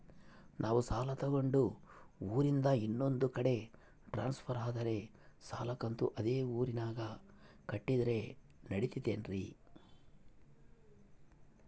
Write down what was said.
ನಾವು ಸಾಲ ತಗೊಂಡು ಊರಿಂದ ಇನ್ನೊಂದು ಕಡೆ ಟ್ರಾನ್ಸ್ಫರ್ ಆದರೆ ಸಾಲ ಕಂತು ಅದೇ ಊರಿನಾಗ ಕಟ್ಟಿದ್ರ ನಡಿತೈತಿ?